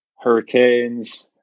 hurricanes